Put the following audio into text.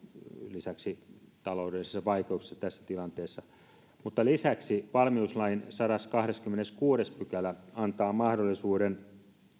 lisäksi taloudellisissa vaikeuksissa tässä tilanteessa lisäksi valmiuslain sadaskahdeskymmeneskuudes pykälä antaa mahdollisuuden